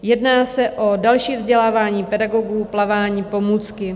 Jedná se o další vzdělávání pedagogů, plavání, pomůcky.